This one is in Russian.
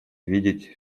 видеть